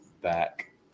back